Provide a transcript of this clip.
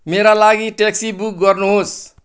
मेरा लागि taxi book गर्नुहोस्